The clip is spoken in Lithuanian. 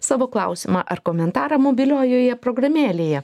savo klausimą ar komentarą mobiliojoje programėlėje